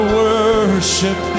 worship